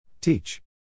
Teach